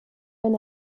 wenn